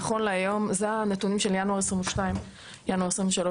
נכון להיום זה הנתונים של ינואר 2022. ינואר 2023,